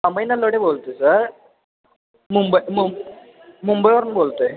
अमेय नलवडे बोलतो आहे सर मुंबई मुं मुंबईवरून बोलतो आहे